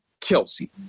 Kelsey